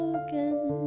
again